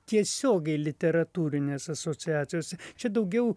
tiesiogiai literatūrinės asociacijos čia daugiau